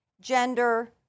gender